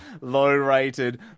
low-rated